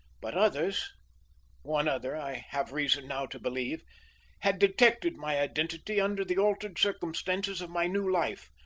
but others one other, i have reason now to believe had detected my identity under the altered circumstances of my new life,